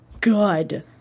good